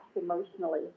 emotionally